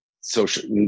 social